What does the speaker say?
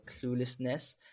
cluelessness